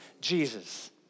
Jesus